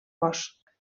bosc